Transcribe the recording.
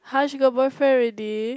[huh] she got boyfriend already